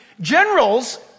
generals